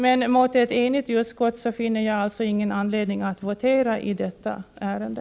Men mot ett enigt utskott finner jag alltså ingen anledning att begära votering i detta ärende.